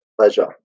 Pleasure